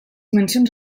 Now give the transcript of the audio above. mencions